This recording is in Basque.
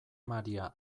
maria